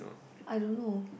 I don't know